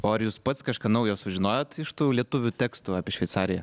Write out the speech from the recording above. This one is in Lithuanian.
o ar jūs pats kažką naujo sužinojot iš tų lietuvių tekstų apie šveicariją